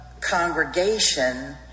congregation